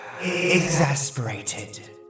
Exasperated